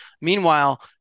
Meanwhile